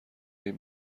این